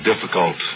difficult